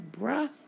bruh